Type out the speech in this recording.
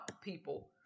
people